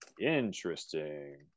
interesting